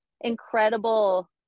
incredible